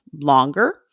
longer